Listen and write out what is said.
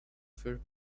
fair